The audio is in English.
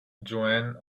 joanne